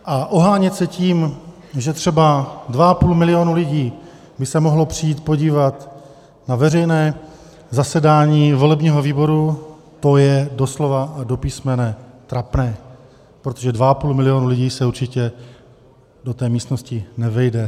A ohánět se tím, že třeba 2,5 milionu lidí by se mohlo přijít podívat na veřejné zasedání volebního výboru, to je doslova a do písmene trapné, protože 2,5 milionu lidí se určitě do té místnosti nevejde.